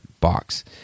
box